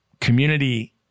community